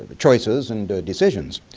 ah choices and decisions.